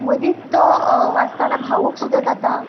मदींत वाचताना भावूक सुद्दां जाता